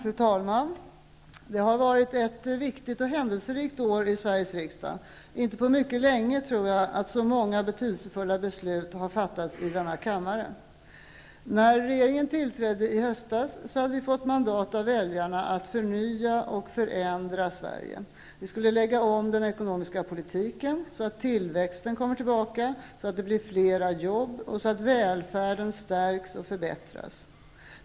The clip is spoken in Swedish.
Fru talman! Det har varit ett viktigt och händelserikt år i Sveriges riksdag. Inte på mycket länge har så många betydelsefulla beslut fattats i denna kammare. När regeringen tillträdde i höstas hade vi fått mandat av väljarna att förnya och förändra Sverige. Vi skulle lägga om den ekonomiska politiken så att tillväxten kommer tillbaka, så att det blir fler jobb och så att välfärden stärks och förbättras.